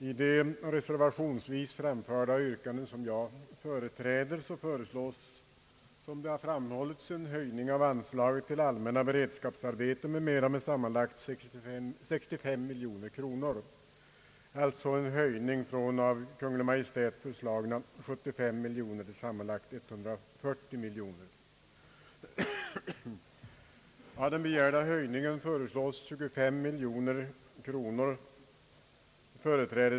I de reservationsvis framförda yrkanden som jag biträder föreslås, som det har framhållits, en höjning av anslagen till Allmänna beredskapsarbeten m.m. med sammanlagt 65 miljoner kronor, alltså en höjning från av Kungl. Maj:t föreslagna 75 miljoner till sammanlagt 140 miljoner.